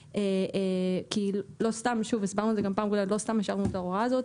כי לא סתם השארנו את ההוראה הזאת,